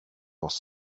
was